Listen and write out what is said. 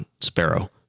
Sparrow